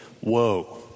whoa